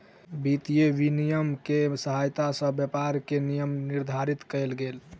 वित्तीय विनियम के सहायता सॅ व्यापार के नियम निर्धारित कयल गेल